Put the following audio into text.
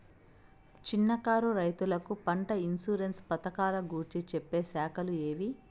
చిన్న కారు రైతుకు పంట ఇన్సూరెన్సు పథకాలు గురించి చెప్పే శాఖలు ఏవి?